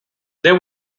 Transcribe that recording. they